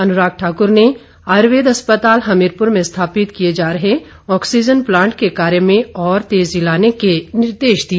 अनुराग ठाकुर ने आयुर्वेद अस्पताल हमीरपुर में स्थापित किए जा रहे ऑक्सीजन प्लांट के कार्य में और तेजी लाने के निर्देश दिए